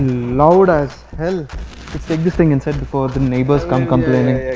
loud as hell. let's take this thing inside before the neighbors come complaining!